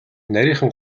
нарийхан